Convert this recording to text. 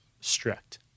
strict